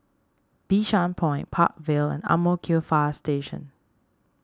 Bishan Point Park Vale and Ang Mo Kio Fire Station